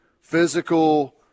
physical